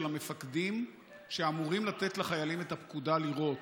המפקדים שאמורים לתת לחיילים את הפקודה לירות,